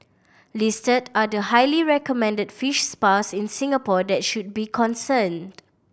listed are the highly recommended fish spas in Singapore that should be concerned